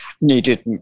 needed